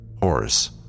Horace